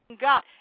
God